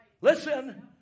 Listen